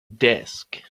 desk